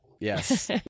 Yes